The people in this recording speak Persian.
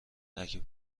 اگه